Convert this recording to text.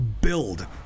build